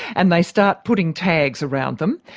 and they start putting tags around them,